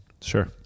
Sure